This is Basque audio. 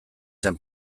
zen